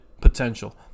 potential